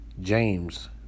James